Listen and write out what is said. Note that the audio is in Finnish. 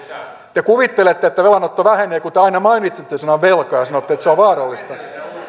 te kuvittelette että velanotto vähenee kun te aina mainitsette sanan velka ja sanotte että se on vaarallista